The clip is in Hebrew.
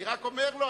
אני רק אומר לו,